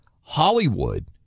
Hollywood